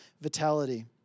vitality